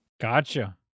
Gotcha